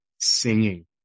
Singing